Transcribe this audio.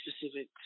specific